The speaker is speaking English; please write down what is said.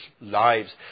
lives